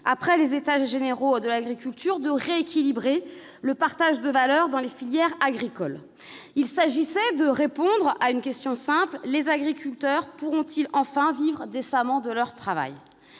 après les États généraux de l'alimentation, était de rééquilibrer le partage de valeur dans les filières agricoles. Il s'agissait de répondre à une question simple : les agriculteurs pourront-ils enfin vivre décemment de leur travail ?